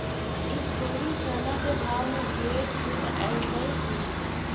इस तुरी सोना के भाव में ढेर छूट अएलई हे